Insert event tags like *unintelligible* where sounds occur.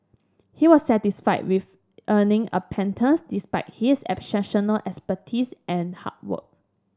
he was satisfied with earning a pittance despite his *unintelligible* expertise and hard work